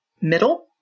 middle